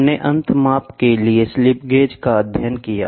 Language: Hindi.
हमने अंत माप के लिए स्लिप गेज का अध्ययन किया